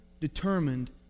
determined